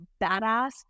badass